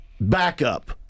Backup